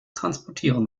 transportieren